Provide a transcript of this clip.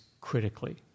critically